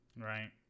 Right